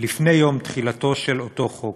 לפני יום תחילתו של אותו חוק.